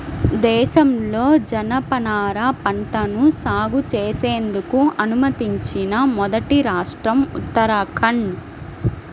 దేశంలో జనపనార పంటను సాగు చేసేందుకు అనుమతించిన మొదటి రాష్ట్రం ఉత్తరాఖండ్